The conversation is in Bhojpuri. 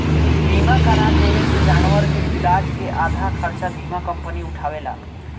बीमा करा देवे से जानवर के इलाज के आधा खर्चा बीमा कंपनी उठावेला